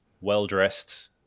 well-dressed